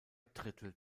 drittel